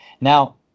Now